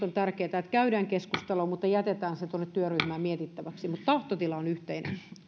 on tärkeätä että käydään keskustelua mutta jätetään se tuonne työryhmään mietittäväksi mutta tahtotila on yhteinen